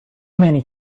many